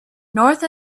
north